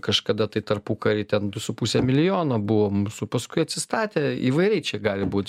kažkada tai tarpukaryj ten du su puse milijono buvom su paskui atsistatė įvairiai čia gali būt